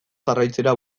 jarraitzera